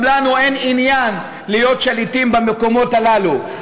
גם לנו אין עניין להיות שליטים במקומות הללו.